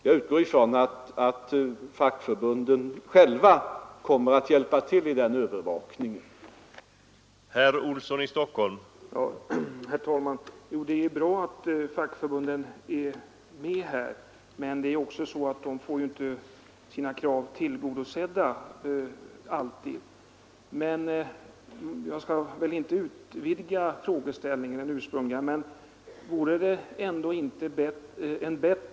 Jag utgår ifrån att fackförbunden själva kommer att hjälpa till vid övervakningen av detta.